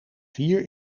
vier